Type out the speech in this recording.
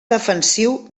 defensiu